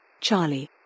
Charlie